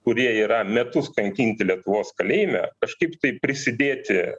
kurie yra metus kankinti lietuvos kalėjime kažkaip tai prisidėti